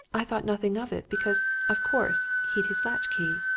i thought nothing of it, because, of course, he'd his latch-key.